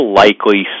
likely